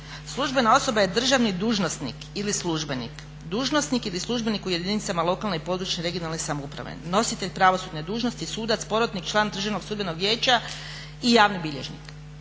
Službena osoba je državni dužnosnik ili službenik, dužnosnik ili službenik u jedinicama lokalne i područne (regionalne) samouprave, nositelj pravosudne dužnosti, sudac, porotnik, član Državnog sudbenog vijeća i javni bilježnik.